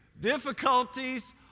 Difficulties